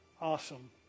awesome